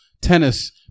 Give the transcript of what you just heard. tennis